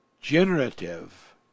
generative